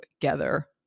together